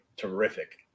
Terrific